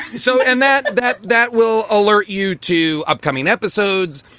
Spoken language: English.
so and that that that will alert you to upcoming episodes,